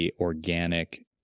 organic